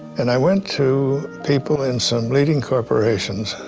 and i went to people in some leading corporations,